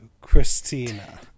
Christina